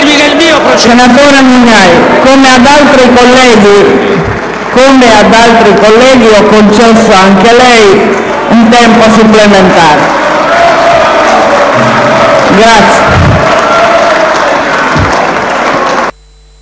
Senatore Mugnai, come ad altri colleghi ho concesso anche a lei del tempo ulteriore.